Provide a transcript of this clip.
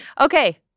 Okay